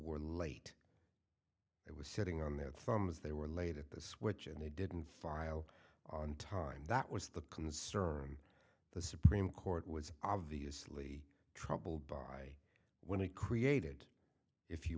were late it was sitting on their thumbs they were late at the switch and they didn't file on time that was the concern the supreme court was obviously troubled by when it created if you